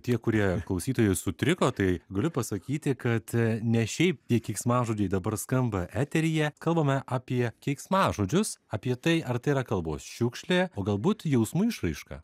tie kurie klausytojai sutriko tai galiu pasakyti kad ne šiaip tie keiksmažodžiai dabar skamba eteryje kalbame apie keiksmažodžius apie tai ar tai yra kalbos šiukšlė o galbūt jausmų išraiška